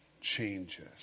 changes